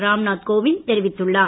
ராம்நாத் கோவிந்த் தெரிவித்துள்ளார்